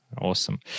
Awesome